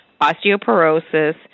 osteoporosis